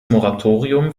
moratorium